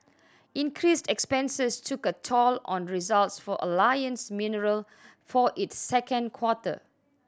increased expenses took a toll on results for Alliance Mineral for its second quarter